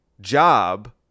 job